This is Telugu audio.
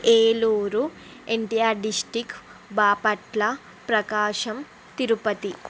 ఏలూరు ఎన్టిఆర్ డిస్ట్రిక్ట్ బాపట్ల ప్రకాశం తిరుపతి